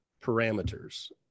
parameters